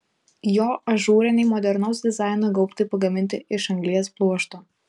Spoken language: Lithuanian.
jo ažūriniai modernaus dizaino gaubtai pagaminti iš anglies pluošto